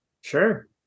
Sure